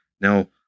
Now